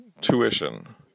tuition